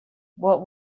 what